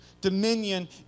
dominion